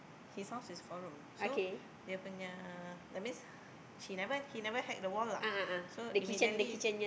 his house is four room so dia punya that means she never he never hack the wall lah so immediately